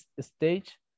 stage